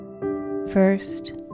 First